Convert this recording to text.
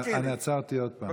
אני עצרתי עוד פעם.